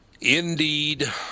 Indeed